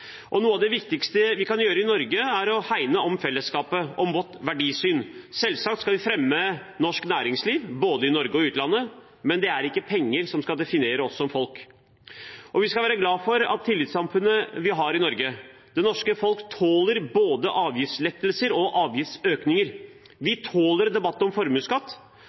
del. Noe av det viktigste vi kan gjøre i Norge, er å hegne om fellesskapet, om vårt verdisyn. Selvsagt skal vi fremme norsk næringsliv, både i Norge og i utlandet. Men det er ikke penger som skal definere oss som folk. Vi skal være glad for tillitssamfunnet vi har i Norge. Det norske folk tåler både avgiftslettelser og avgiftsøkninger. Vi tåler debatt om formuesskatt